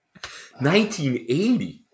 1980